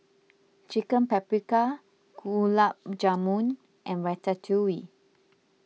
Chicken Paprikas Gulab Jamun and Ratatouille